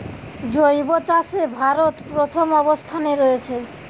জৈব চাষে ভারত প্রথম অবস্থানে রয়েছে